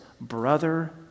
Brother